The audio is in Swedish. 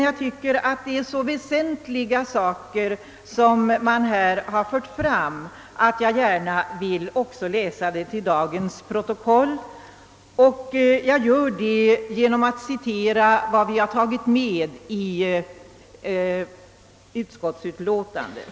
Jag tycker dessa saker är så väsentliga att jag också gärna vill ha med dem i dagens protokoll och jag citerar vad vi tagit med i utskottsutlåtandet.